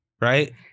right